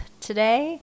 today